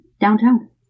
downtown